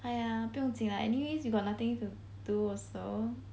!aiya! 不用紧 lah anyways you got nothing to do also